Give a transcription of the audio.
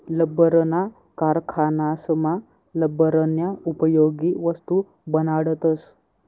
लब्बरना कारखानासमा लब्बरन्या उपयोगी वस्तू बनाडतस